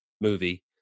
movie